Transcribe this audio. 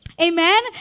Amen